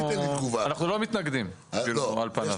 אנחנו לא מתנגדים, על פניו.